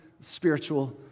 spiritual